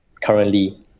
currently